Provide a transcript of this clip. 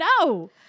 no